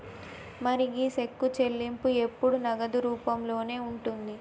మరి గీ సెక్కు చెల్లింపు ఎప్పుడు నగదు రూపంలోనే ఉంటుంది